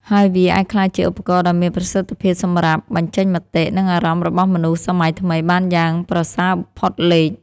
ហើយវាអាចក្លាយជាឧបករណ៍ដ៏មានប្រសិទ្ធភាពសម្រាប់បញ្ចេញមតិ និងអារម្មណ៍របស់មនុស្សសម័យថ្មីបានយ៉ាងប្រសើរផុតលេខ។